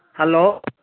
hello